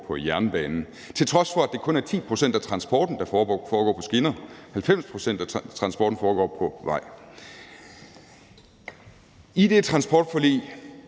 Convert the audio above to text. på jernbanen, til trods for at det kun er 10 pct. af transporten, der foregår på skinner, mens 90 pct. af transporten foregår på vej. I det transportforlig